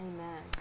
Amen